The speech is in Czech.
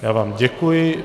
Já vám děkuji.